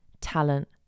talent